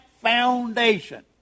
foundation